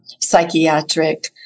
psychiatric